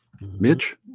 Mitch